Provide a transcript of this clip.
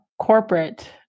corporate